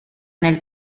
nel